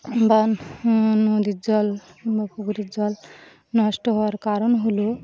বা নদীর জল বা পুকুরের জল নষ্ট হওয়ার কারণ হল